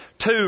two